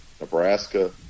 Nebraska